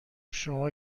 شما